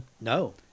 No